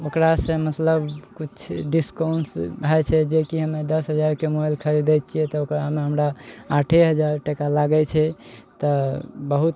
ओकरासँ मतलब कुछ डिस्काउन्ट भए जाइ छै जेकि हम्मे दस हजारके मोबाइल खरिदइ छियै तऽ ओकरामे हमरा आठे हजार टाका लागय छै तऽ बहुत